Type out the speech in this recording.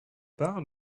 part